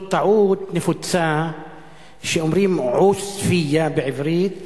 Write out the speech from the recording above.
זאת טעות נפוצה שאומרים "עוספיא" בעברית